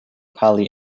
pali